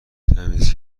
تمیز